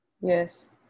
Yes